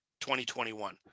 2021